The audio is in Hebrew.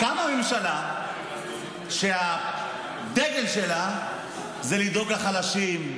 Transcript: קמה ממשלה שהדגל שלה הוא לדאוג לחלשים,